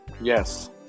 Yes